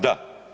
Da.